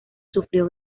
sufrió